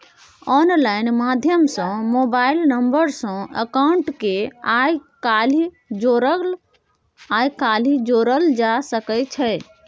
online माध्यम सँ mobile number सँ अकाउंट केँ आइ काल्हि जोरल जा सकै छै